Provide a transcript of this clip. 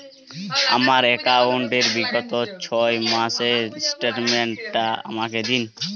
আমার অ্যাকাউন্ট র বিগত ছয় মাসের স্টেটমেন্ট টা আমাকে দিন?